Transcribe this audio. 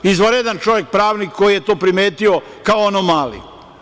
Izvanredan čovek, pravnik koji je to primetio kao anomaliju.